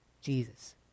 Jesus